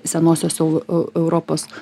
senosios eu e europos